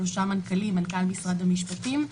שלושה מנכ"לים: מנכ"ל משרד הפנים,